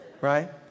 right